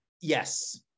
yes